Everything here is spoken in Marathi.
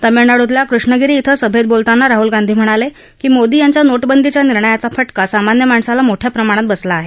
तामिळनाडूतल्या कृष्णगिरी ब्रें सभेत बोलताना राहुल गांधी म्हणाले की मोदी यांच्या नोटबंदीच्या निर्णयाचा फटका सामान्य माणसाला मोठा फटका बसला आहे